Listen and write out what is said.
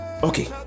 okay